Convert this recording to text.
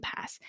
Pass